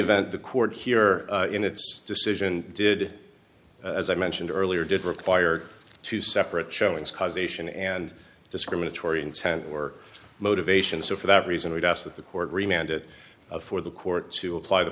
event the court here in its decision did as i mentioned earlier did require two separate showings causation and discriminatory intent or motivation so for that reason we've asked the court reminded of for the court to apply the